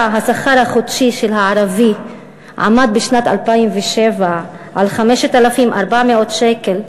השכר החודשי של הערבי בשנת 2007 היה 5,400 שקל,